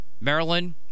Maryland